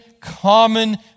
common